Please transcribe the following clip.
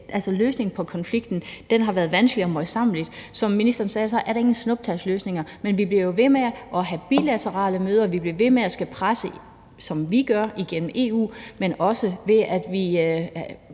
at en løsning på konflikten er vanskelig og møjsommelig at nå til. Som ministeren sagde, er der ingen snuptagsløsninger, men vi bliver jo ved med at have bilaterale møder, vi bliver ved med at skulle presse, som vi gør, igennem EU, og vi